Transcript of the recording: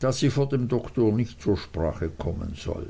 da sie vor dem doktor nicht zur sprache kommen soll